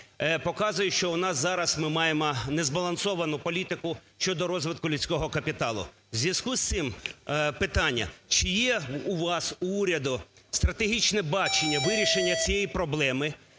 показує, що у нас зараз ми маємо незбалансовану політику щодо розвитку людського капіталу. В зв'язку з цим питання: чи є у вас, в уряду, стратегічне бачення вирішення цієї проблеми,